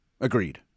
Agreed